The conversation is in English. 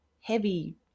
heavy